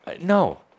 no